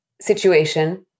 situation